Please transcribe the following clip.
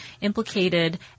implicated